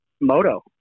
moto